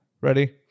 Ready